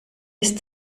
ist